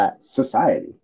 society